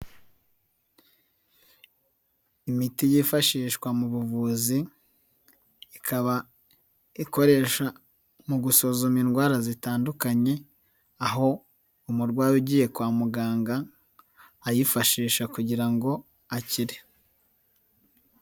Imiti yifashishwa mu buvuzi, ikaba ikoreshwa mu gusuzuma indwara zitandukanye, aho umurwayi ugiye kwa muganga ayifashisha kugira ngo akire.